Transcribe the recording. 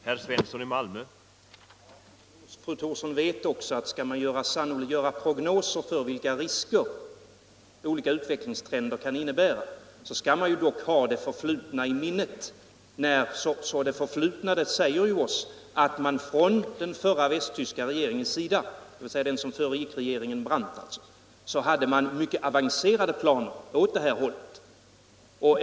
Herr talman! Ja, det är riktigt, men fru Thorsson vet också att man, om man skall göra prognoser om vilka risker olika utvecklingstrender kan innebära, också skall ha det förflutna i minnet. Det förflutna säger att den västtyska regering som föregick regeringen Brandt hade mycket avancerade planer i sin atompolitik.